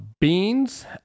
Beans